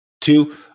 two